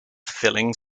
filling